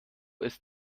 ist